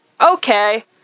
Okay